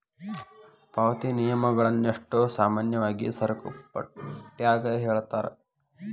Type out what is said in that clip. ಪಾವತಿ ನಿಯಮಗಳನ್ನಷ್ಟೋ ಸಾಮಾನ್ಯವಾಗಿ ಸರಕುಪಟ್ಯಾಗ ಹೇಳಿರ್ತಾರ